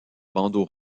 bandeaux